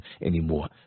anymore